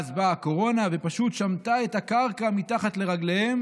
ואז באה הקורונה ופשוט שמטה את הקרקע מתחת לרגליהם